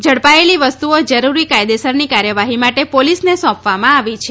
ઝડપાયેલી વસ્તુઓ જરૂરી કાયદેસરની કાર્યવાહી માટે પોલીસને સોંપવામાં આવી છે